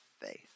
faith